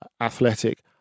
Athletic